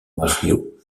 mario